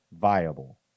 Viable